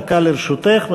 דקה לרשותך,